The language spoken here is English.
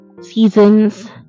seasons